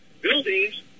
buildings